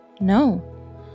No